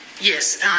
Yes